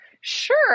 Sure